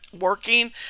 working